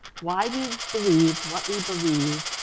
why we believe what we believe,